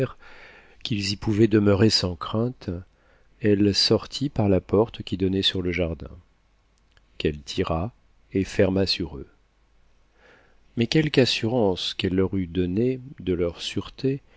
qu'ils y pouvaient demeurer sans crainte elle sortit par la porte qui donnait sur le jardin qu'elle tira et ferma sur eux mais quelque assurance qu'elle leur eût donnée de leur sûreté